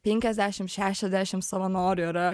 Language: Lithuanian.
penkiasdešim šešiasdešim savanorių yra